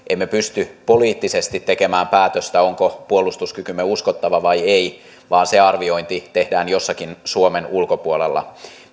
emme pysty poliittisesti tekemään päätöstä onko puolustuskykymme uskottava vai ei vaan se arviointi tehdään jossakin suomen ulkopuolella